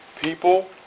people